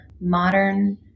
modern